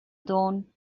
dawn